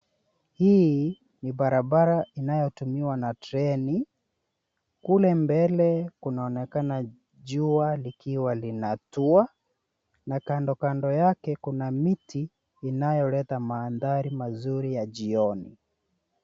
Hii ni barabara inayotumiwa na treni. Kule mbele kunaonekana jua likiwa linatua na kando kando yake kuna miti inayoleta mandhari mazuri ya jioni.